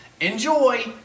Enjoy